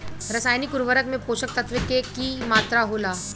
रसायनिक उर्वरक में पोषक तत्व के की मात्रा होला?